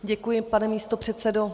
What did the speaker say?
Děkuji, pane místopředsedo.